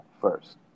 first